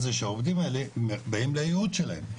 זה שהעובדים האלה באים לייעוד שלהם.